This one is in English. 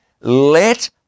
let